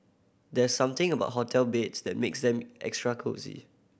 there's something about hotel beds that makes them extra cosy